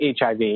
HIV